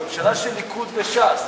שהיא ממשלה של ליכוד וש"ס,